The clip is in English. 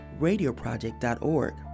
Radioproject.org